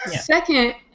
Second